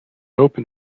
open